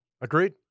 agreed